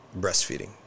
breastfeeding